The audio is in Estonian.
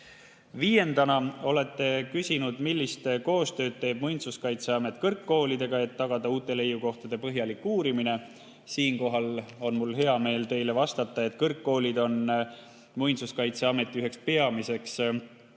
Viiendana olete küsinud, millist koostööd teeb Muinsuskaitseamet kõrgkoolidega, et tagada uute leiukohtade põhjalik uurimine. Siinkohal on mul hea meel teile vastata, et kõrgkoolid on Muinsuskaitseameti üheks peamiseks